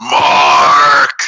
Mark